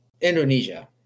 Indonesia